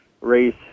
race